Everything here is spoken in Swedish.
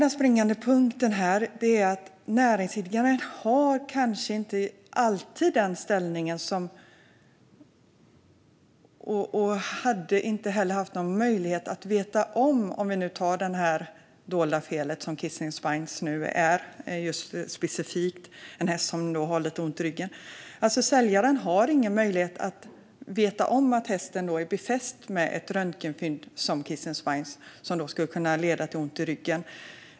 Den springande punkten här är att näringsidkaren kanske inte alltid haft möjlighet att känna till ett dolt fel som kissing spines, där en häst har lite ont i ryggen. Säljaren har ingen möjlighet att veta om att ett röntgenfynd som kissing spines kan hittas hos hästen, vilket skulle kunna leda till ont i ryggen.